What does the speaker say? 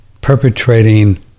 perpetrating